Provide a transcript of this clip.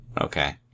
Okay